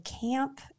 camp